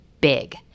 big